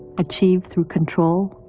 achieved through control,